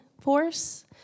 force